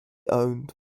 owned